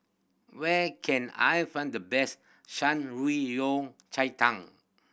where can I find the best Shan Rui Yao Cai Tang